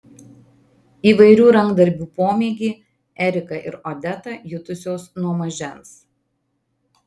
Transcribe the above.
įvairių rankdarbių pomėgį erika ir odeta jutusios nuo mažens